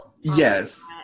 Yes